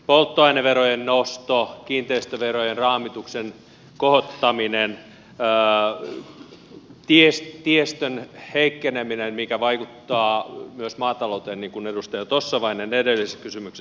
polttoaineverojen nosto kiinteistöverojen raamituksen kohottaminen tiestön heikkeneminen mikä vaikuttaa myös maatalouteen niin kuin edustaja tossavainen edellisessä kysymyksessä sanoi